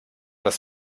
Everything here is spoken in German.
das